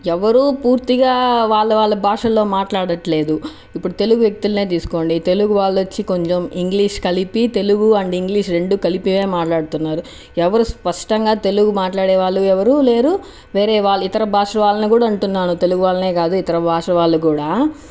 ఎవరూ పూర్తిగా వాళ్ళ వాళ్ళ భాషల్లో మాట్లాడట్లేదు ఇప్పుడు తెలుగు వ్యక్తులనే తీసుకోండి తెలుగు వాళ్ళు వచ్చి కొంచెం ఇంగ్లీష్ కలిపి తెలుగు అండ్ ఇంగ్లీష్ రెండు కలిపే మాట్లాడుతున్నారు ఎవరు స్పష్టంగా తెలుగు మాట్లాడే వాళ్ళు ఎవరూ లేరు వేరేవాళ్ళు ఇతర భాష వాళ్ళని కూడా అంటున్నాను తెలుగు వాళ్ళనే కాదు ఇతర భాష వాళ్ళు కూడా